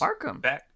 Arkham